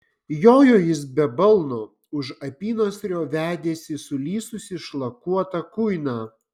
jojo jis be balno už apynasrio vedėsi sulysusį šlakuotą kuiną